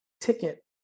ticket